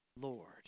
Lord